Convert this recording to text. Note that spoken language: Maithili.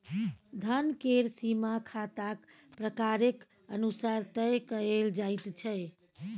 धन केर सीमा खाताक प्रकारेक अनुसार तय कएल जाइत छै